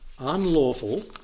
unlawful